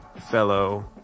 fellow